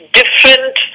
different